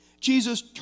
Jesus